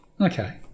Okay